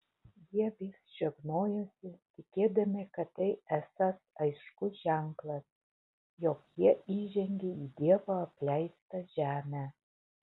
jie vis žegnojosi tikėdami kad tai esąs aiškus ženklas jog jie įžengė į dievo apleistą žemę